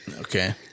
Okay